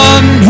One